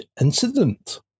incident